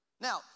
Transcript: Now